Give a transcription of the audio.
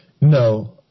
No